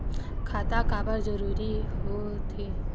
खाता काबर जरूरी हो थे?